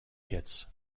kits